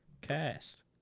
cast